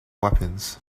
weapons